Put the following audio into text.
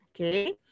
okay